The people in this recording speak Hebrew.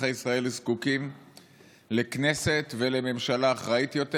אזרחי ישראל זקוקים לכנסת ולממשלה אחראית יותר.